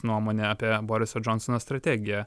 nuomonę apie boriso džonsono strategiją